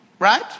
Right